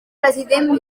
president